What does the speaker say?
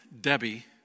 Debbie